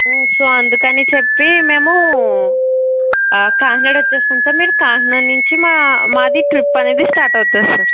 so అందుకని చెప్పి మేము కాకినాడకు వచ్చేస్తాము సార్ మీరు కాకినాడ నుంచి మా మాది ట్రిప్ అనేది స్టార్ట్ అవుతుంది సార్